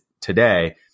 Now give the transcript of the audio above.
today